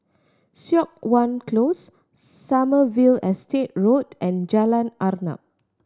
Siok Wan Close Sommerville Estate Road and Jalan Arnap